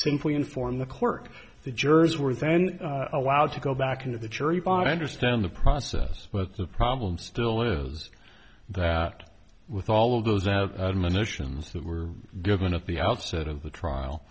simply inform the court the jurors were then allowed to go back into the jury bought understand the process but the problem still is that with all of those notions that were given at the outset of the trial